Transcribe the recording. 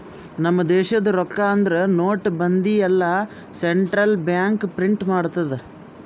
ನಮ್ ದೇಶದು ರೊಕ್ಕಾ ಅಂದುರ್ ನೋಟ್, ಬಂದಿ ಎಲ್ಲಾ ಸೆಂಟ್ರಲ್ ಬ್ಯಾಂಕ್ ಪ್ರಿಂಟ್ ಮಾಡ್ತುದ್